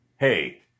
Hey